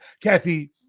Kathy